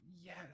Yes